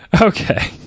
Okay